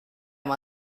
amb